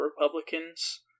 Republicans